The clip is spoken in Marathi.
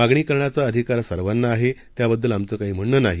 मागणीकरण्याचाअधिकारसर्वांनाआहेत्याबद्दलआमचंकाहीम्हणणंनाही